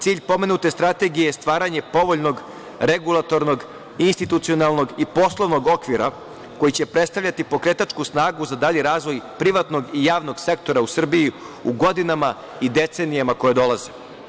Cilj pomenute strategije je stvaranje povoljnog, regulatornog, institucionalnog i poslovnog okvira koji će predstavljati pokretačku snagu za dalji razvoj privatnog i javnog sektora u Srbiji, u godinama i decenijama koje dolaze.